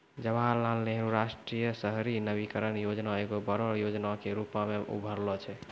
जवाहरलाल नेहरू राष्ट्रीय शहरी नवीकरण योजना एगो बड़ो योजना के रुपो मे उभरलो छै